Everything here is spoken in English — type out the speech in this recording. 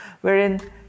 wherein